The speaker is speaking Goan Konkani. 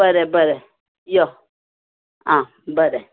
बरें बरें यो आ बरें